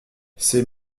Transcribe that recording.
ses